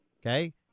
okay